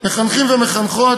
מחנכים ומחנכות,